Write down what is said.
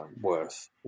worth